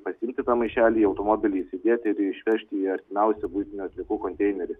pasiimti tą maišelį į automobilį įsidėti ir išvežti į artimiausią buitinių atliekų konteinerį